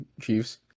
Chiefs